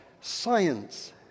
science